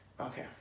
Okay